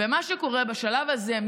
ומה שקורה בשלב הזה,